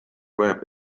web